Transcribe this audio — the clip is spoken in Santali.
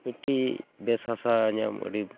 ᱢᱤᱫᱴᱟᱝ ᱵᱮᱥ ᱦᱟᱥᱟ ᱧᱟᱢ ᱟᱹᱰᱤ